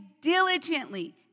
diligently